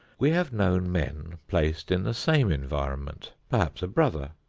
we have known men placed in the same environment, perhaps a brother,